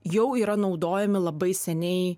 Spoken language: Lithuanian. jau yra naudojami labai seniai